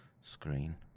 screen